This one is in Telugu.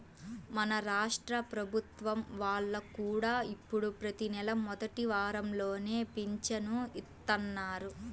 మన రాష్ట్ర ప్రభుత్వం వాళ్ళు కూడా ఇప్పుడు ప్రతి నెలా మొదటి వారంలోనే పింఛను ఇత్తన్నారు